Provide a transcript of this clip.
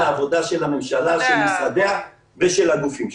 כלל העבודה של הממשלה, של משרדיה ושל הגופים שלה.